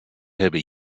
hebben